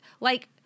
like-